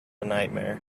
nightmare